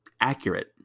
Accurate